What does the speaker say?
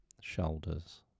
shoulders